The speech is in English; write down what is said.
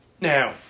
Now